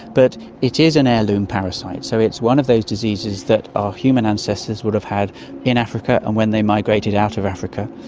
but it is an heirloom parasite, so it's one of those diseases that our human ancestors would have had in africa and when they migrated out of africa.